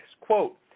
quote